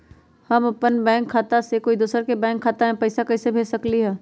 हम अपन बैंक खाता से कोई दोसर के बैंक खाता में पैसा कैसे भेज सकली ह?